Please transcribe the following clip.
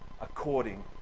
according